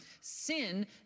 sin